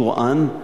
טורעאן,